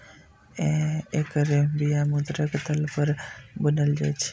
एकर बिया समुद्रक तल पर बुनल जाइ छै